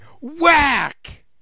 whack